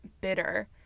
bitter